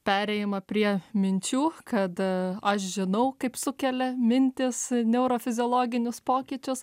perėjimą prie minčių kad a aš žinau kaip sukelia mintys neurofiziologinius pokyčius